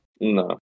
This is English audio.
No